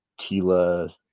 Tila